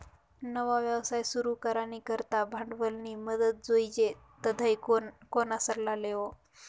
नवा व्यवसाय सुरू करानी करता भांडवलनी मदत जोइजे तधय कोणा सल्ला लेवो